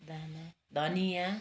दाना धनियाँ